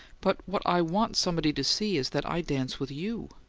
but what i want somebody to see is that i dance with you!